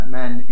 men